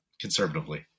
conservatively